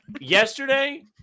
yesterday